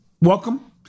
welcome